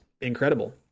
incredible